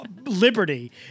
Liberty